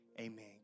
Amen